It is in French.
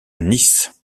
nice